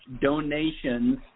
Donations